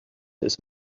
his